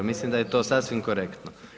Mislim da je to sasvim korektno.